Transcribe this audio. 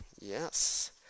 Yes